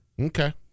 Okay